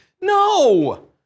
No